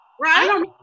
right